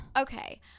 okay